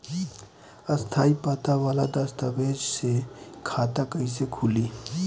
स्थायी पता वाला दस्तावेज़ से खाता कैसे खुली?